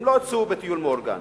הם לא הוצאו בטיול מאורגן.